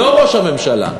לא ראש הממשלה,